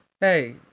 Hey